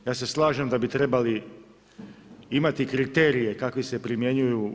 Ja se slažem da bi trebali imati kriterije kakvi se primjenjuju u EU.